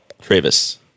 Travis